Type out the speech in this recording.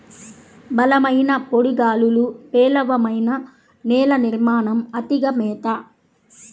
బలమైన పొడి గాలులు, పేలవమైన నేల నిర్మాణం, అతిగా మేత